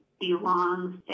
belongs